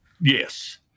Yes